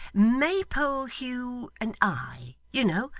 maypole hugh, and i, you know,